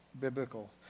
biblical